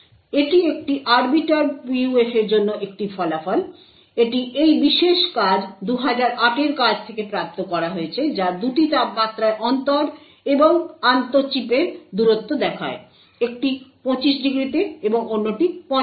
সুতরাং এটি একটি Arbiter PUF এর জন্য একটি ফলাফল এটি এই বিশেষ কাজ 2008 এর কাজ থেকে প্রাপ্ত করা হয়েছে যা দুটি তাপমাত্রায় অন্তর এবং আন্তঃ চিপের দূরত্ব দেখায় একটি 25° তে এবং অন্যটি 85° তে